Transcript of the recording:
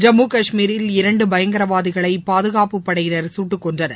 ஜம்மு கஷ்மீரில் இரண்டுபயங்கரவாதிகளைபாதுகாப்புப்படையினர் சுட்டுக்கொன்றனர்